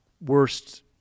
worst